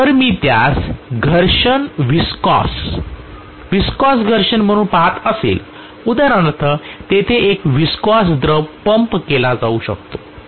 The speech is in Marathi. जर मी त्यास घर्षण विस्कॉस घर्षण म्हणून पहात आहे उदाहरणार्थ तेथे एक विस्कॉस द्रव पंप केला जाऊ शकतो